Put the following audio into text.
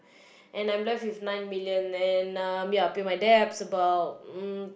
and I'm left with nine million and um ya pay my debts about um